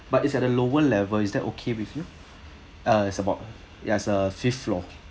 but it's at a lower level is that okay with you uh it's about ya it's uh fifth floor